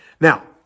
Now